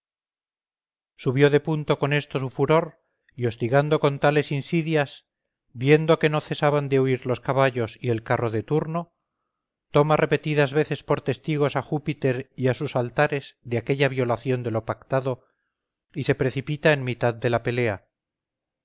subió de punto con esto su furor y hostigando con tales insidias viendo que no cesaban de huir los caballos y el carro de turno toma repetidas veces por testigos a júpiter y a sus altares de aquella violación de lo pactado y se precipita en mitad de la pelea